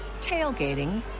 tailgating